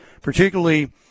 particularly